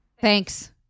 thanks